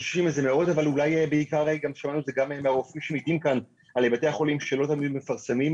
שמענו את זה גם מהרופאים שהגיעו לכאן על בתי החולים שלא תמיד מפרסמים.